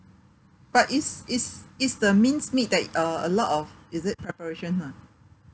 but is is is the minced meat that uh a lot of is it preparation ha